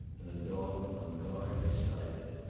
and a dog on guard beside it.